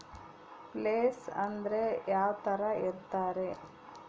Place ಅಂದ್ರೆ ಯಾವ್ತರ ಇರ್ತಾರೆ?